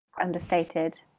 understated